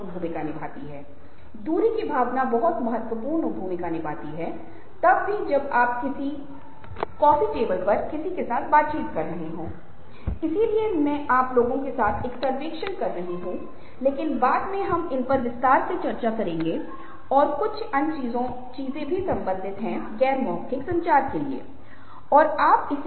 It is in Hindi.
घृणा फिर से एक भावना है जो वास्तविक और झूठी घृणा के बीच अंतर को पहचानना मुश्किल है या मैं कहूंगा कि यह मुश्किल है इसे अनुकरण करना आसान है और फिर से निश्चित रूप से यह पता लगाने के कुछ तरीके हैं कि यह वास्तविक है या नहीं यह समय पर आधारित है जो आपके पास है